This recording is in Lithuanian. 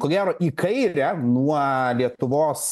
ko gero į kairę nuo lietuvos